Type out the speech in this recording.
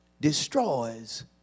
destroys